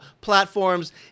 platforms